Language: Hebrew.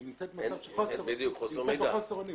היא נמצאת בחוסר אונים,